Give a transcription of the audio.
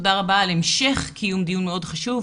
ותודה רבה על המשך קיום דיון מאוד חשוב,